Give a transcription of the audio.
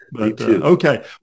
Okay